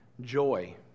joy